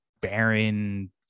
barren